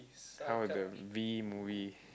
how was the V movie